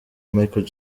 michael